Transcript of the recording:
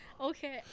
Okay